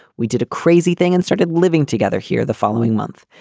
we did a crazy thing and started living together here the following month.